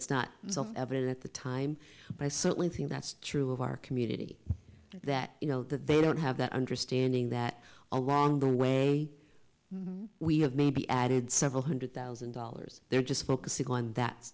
it's not self evident at the time but i certainly think that's true of our community that you know that they don't have that understanding that along the way we have maybe added several hundred thousand dollars they're just focusing on that